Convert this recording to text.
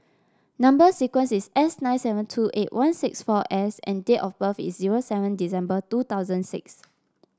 number sequence is S nine seven two eight one six four S and date of birth is zero seven December two thousand six